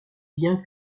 bien